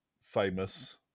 famous